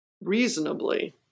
reasonably